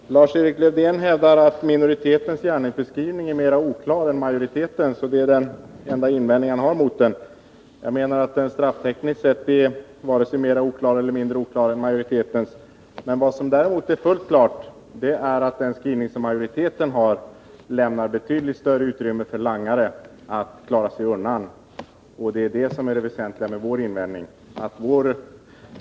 Herr talman! Lars-Erik Lövdén hävdar att minoritetens gärningsbeskrivning är mer oklar än majoritetens. Det är den enda invändning han har mot den. Jag anser att den strafftekniskt sett är varken mer eller mindre oklar än majoritetens. Vad som däremot är fullt klart är att majoritetens skrivning lämnar betydligt större utrymme för langare att klara sig undan. Det är det väsentliga med vår invändning.